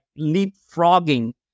leapfrogging